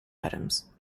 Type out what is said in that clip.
items